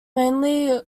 mainly